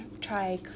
try